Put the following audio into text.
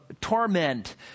torment